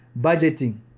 budgeting